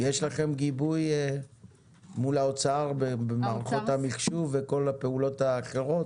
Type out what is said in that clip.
יש לכם גיבוי מול האוצר במערכות המחשוב וכל הפעולות האחרות?